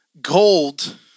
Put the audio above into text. Gold